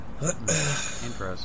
Interesting